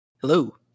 Hello